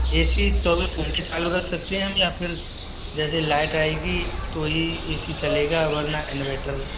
ए C चौबीस घंटे चालू रख सकते हैं या फिर जैसे लाइट आएगी तो ही ए सी चलेगा वरना इनवेटर